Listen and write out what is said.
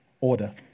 order